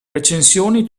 recensioni